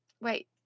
Wait